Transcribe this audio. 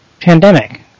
Pandemic